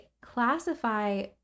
classify